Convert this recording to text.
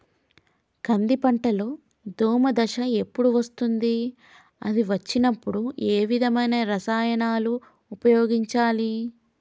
కంది పంటలో దోమ దశ ఎప్పుడు వస్తుంది అది వచ్చినప్పుడు ఏ విధమైన రసాయనాలు ఉపయోగించాలి?